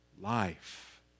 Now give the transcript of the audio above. life